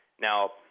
Now